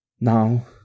Now